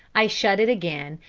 i shut it again,